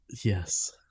yes